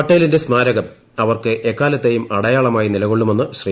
പട്ടേലിന്റെ സ്മാരകം അവർക്ക് എക്കാലത്തെയും അടയാളമായി നിലകൊള്ളുമെന്ന് ശ്രീ